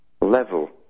level